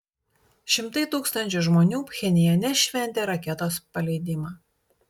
šimtai tūkstančių žmonių pchenjane šventė raketos paleidimą